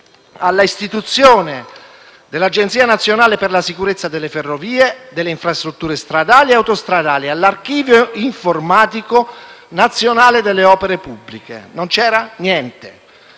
alla istituzione dell’Agenzia nazionale per la sicurezza delle ferrovie, delle infrastrutture stradali e autostradali e all’archivio informatico nazionale delle opere pubbliche. Non c’era niente.